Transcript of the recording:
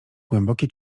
głębokie